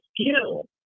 skill